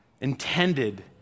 intended